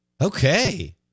okay